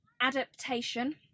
adaptation